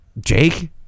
Jake